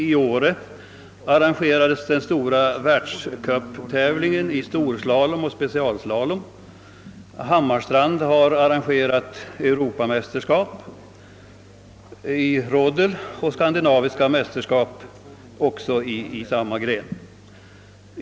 I åre arrangerades den stora världscuptävlingen i storslalom och specialslalom, och Hammarstrand har arrangerat europamästerskap i rodel samt skandinaviska och svenska mästerskap i samma gren.